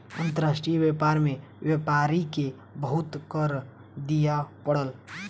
अंतर्राष्ट्रीय व्यापार में व्यापारी के बहुत कर दिअ पड़ल